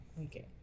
Okay